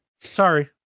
Sorry